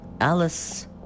Alice